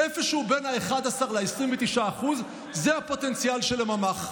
איפשהו בין ה-11% ל-29% זה הפוטנציאל של הממ"ח,